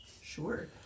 sure